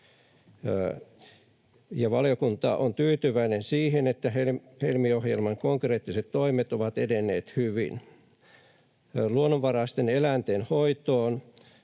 Valiokunta on tyytyväinen siihen, että Helmi-ohjelman konkreettiset toimet ovat edenneet hyvin. Luonnonvaraisten eläinten hoitoon: